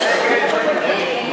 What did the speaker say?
מי נמנע?